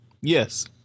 Yes